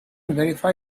verify